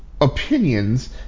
opinions